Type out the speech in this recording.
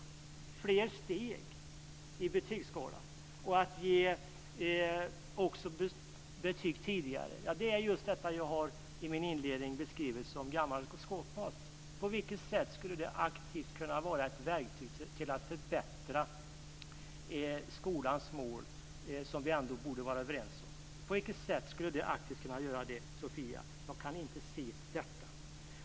Att ha fler steg i betygsskalan och att ge betyg tidigare - det är just detta som jag i min inledning beskrev som gammal skåpmat. På vilket sätt skulle det aktivt kunna användas för att uppnå skolans mål, som vi väl borde vara överens om? På vilket sätt skulle de betygen aktivt kunna bidra till det, Sofia Jonsson? Jag kan inte se det.